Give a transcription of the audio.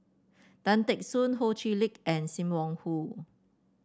Tan Teck Soon Ho Chee Lick and Sim Wong Hoo